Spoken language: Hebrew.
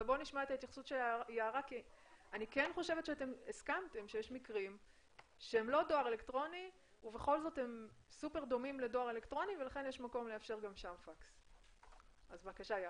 נשמע את